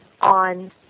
on